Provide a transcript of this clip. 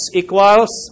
equals